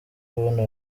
kubona